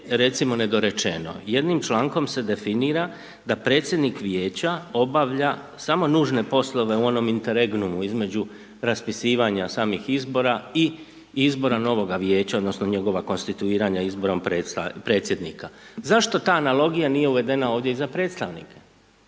recimo, nedorečeno, jednim člankom se definira da predsjednik vijeća obavlja samo nužne poslove u onom interegnu između raspisivanja samih izbora i izbora novog vijeća odnosno njegova konstituiranja izborom predsjednika. Zašto ta analogija nije uvedena ovdje i za predstavnika?